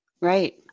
Right